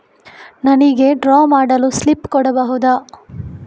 ನನಿಗೆ ಡ್ರಾ ಮಾಡಲು ಸ್ಲಿಪ್ ಕೊಡ್ಬಹುದಾ?